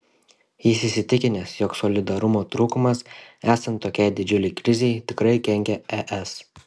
jis įsitikinęs jog solidarumo trūkumas esant tokiai didžiulei krizei tikrai kenkia es